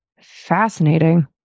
Fascinating